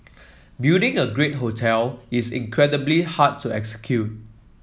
building a great hotel is incredibly hard to execute